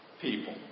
people